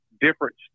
different